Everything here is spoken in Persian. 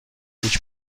هیچ